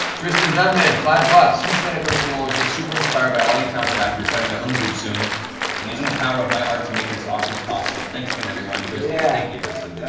tristandunman, five bucks. huge fan of critical role and just super inspired by all you talented actors. starting my own group soon and using the power of my art to make it as awesome as possible. thanks again, everyone. tristan. yeah thank you, tristan. yeah